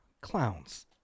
clowns